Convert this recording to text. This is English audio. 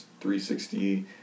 360